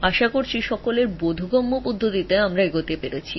আশা করি আমরা কিছুটা বিচক্ষন উপায়ে অগ্রগতি করছি